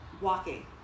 walking